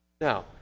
Now